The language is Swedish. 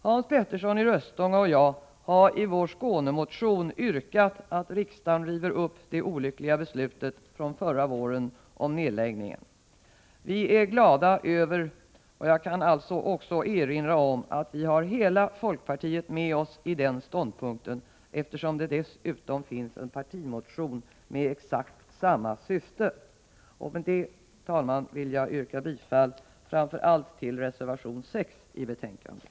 Hans Petersson i Röstånga och jag har i vår Skånemotion yrkat att riksdagen river upp det olyckliga beslutet från förra våren om nedläggning. Jag vill dessutom erinra om att vi har hela folkpartiet med oss, eftersom det dessutom finns en partimotion med samma syfte. Med detta, herr talman, vill jag yrka bifall framför allt till reservation 6 i utskottsbetänkandet.